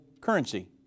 currency